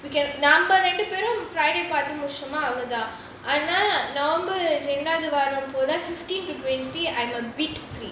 we can ரெண்டு பேறும்:rendu perum friday பார்த்து முடிச்சோம்னா அவ்ளோதான் அதுல:paarthu mudichomnaa avloathaan athula november ரெண்டாவது வாரம் போல:rendaavathu varam pola fifteen to twenty I'm a bit free